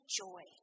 joy